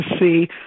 see